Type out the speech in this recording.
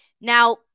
Now